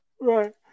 Right